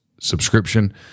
subscription